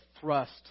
thrust –